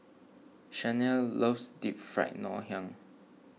Shanae loves Deep Fried Ngoh Hiang